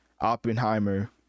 oppenheimer